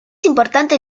importante